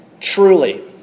Truly